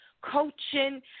coaching